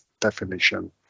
definition